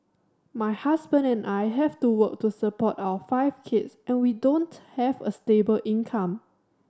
my husband and I have to work to support our five kids and we don't have a stable income